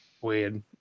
Weird